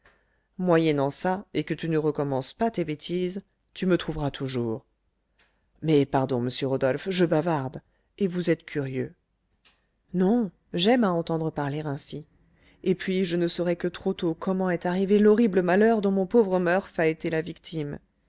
moyennant ça et que tu ne recommences pas tes bêtises tu me trouveras toujours mais pardon monsieur rodolphe je bavarde et vous êtes curieux non j'aime à entendre parler ainsi et puis je ne saurai que trop tôt comment est arrivé l'horrible malheur dont mon pauvre murph a été la victime